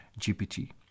GPT